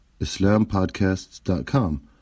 IslamPodcasts.com